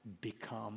become